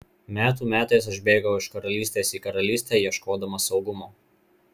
metų metais aš bėgau iš karalystės į karalystę ieškodamas saugumo